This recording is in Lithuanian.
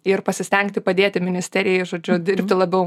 ir pasistengti padėti ministerijai žodžiu dirbti labiau